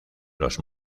los